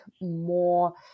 more